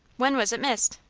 when was it missed?